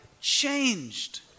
changed